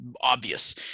obvious